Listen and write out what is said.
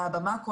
במאקרו,